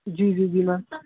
ਜੀ ਜੀ ਜੀ ਮੈਮ